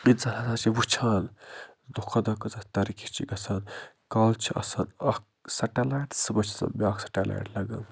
اِنسان ہسا چھِ وٕچھان دۄہ کھوتہٕ دۄہ کۭژاہ ترقی چھِ گژھان کالہٕ چھِ آسان اکھ سَٹَلایٹ صُبَس چھِ آسان بیاکھ سَٹَلایٹ لگٲومٕژ